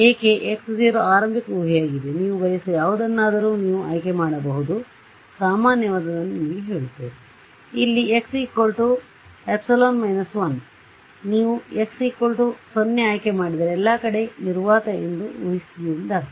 ಏಕೆ x 0 ಆರಂಭಿಕ ಊಹೆಯಾಗಿದೆ ನೀವು ಬಯಸುವ ಯಾವುದನ್ನಾದರೂ ನೀವು ಆಯ್ಕೆ ಮಾಡಬಹುದುಸಾಮಾನ್ಯವಾದದ್ದನ್ನು ನಿಮಗೆ ಹೇಳುತ್ತದೆ ಇಲ್ಲಿ x 1 ನೀವು x0 ಆಯ್ಕೆ ಮಾಡಿದರೆ ಎಲ್ಲಾ ಕಡೆ ನಿರ್ವಾತ ಎಂದು ಊಹಿಸಿದ್ದೀರಿ ಎಂದರ್ಥ